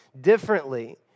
differently